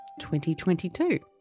2022